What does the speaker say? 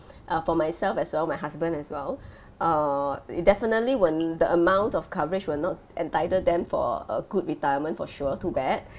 uh for myself as well my husband as well err it definitely when the amount of coverage will not entitle them for a good retirement for sure too bad